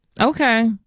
Okay